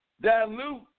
dilute